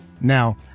Now